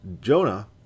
Jonah